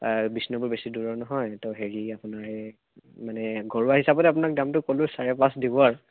বিষ্ণুপুৰৰ পৰা বেছি দূৰ নহয় তো যদি আপোনাৰ মানে ঘৰুৱা হিচাপত আপোনাৰ দামটো ক'লোঁ চাৰে পাঁচ দিব আৰু